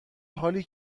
حالی